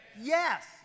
Yes